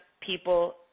people